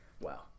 Wow